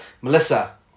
Melissa